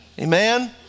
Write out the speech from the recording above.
Amen